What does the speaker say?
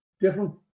different